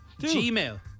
Gmail